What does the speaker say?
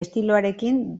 estiloarekin